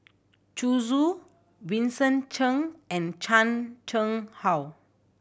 Zhu Xu Vincent Cheng and Chan Chang How